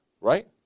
Right